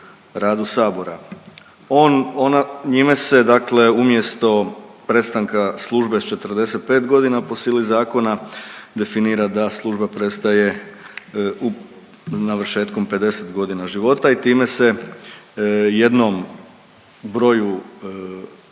radu sabora. On, ona njime se dakle umjesto prestanka službe s 45 godina po sili zakona, definira da služba prestaje u navršetkom 50 godina života i time se jednom broju